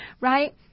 right